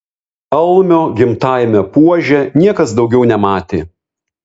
almio gimtajame puože niekas daugiau nematė